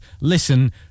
listen